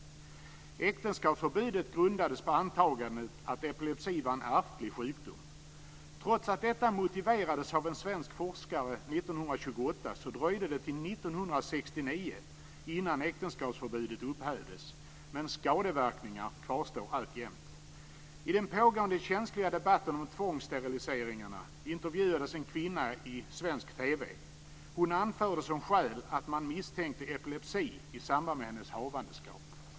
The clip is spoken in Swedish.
Äktenskapsförbudet grundades på antagandet att epilepsi var en ärftlig sjukdom. Trots att det motiverades av en svensk forskare 1928, dröjde det till 1969 innan äktenskapsförbudet upphävdes. Men skadeverkningar kvarstår alltjämt. I den pågående känsliga debatten om tvångssteriliseringarna intervjuades en kvinna i svensk TV. Hon anförde som skäl att man misstänkte epilepsi i samband med hennes havandeskap.